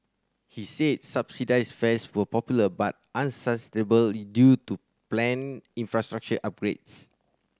he said subsidised fares were popular but unsustainable due to planned infrastructural upgrades